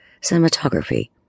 cinematography